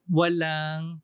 walang